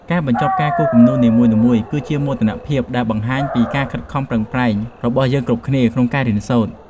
ការបញ្ចប់ការគូរគំនូរនីមួយៗគឺជាមោទនភាពមួយដែលបង្ហាញពីការខិតខំប្រឹងប្រែងរបស់យើងគ្រប់គ្នាក្នុងការរៀនសូត្រ។